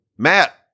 Matt